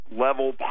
level